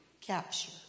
capture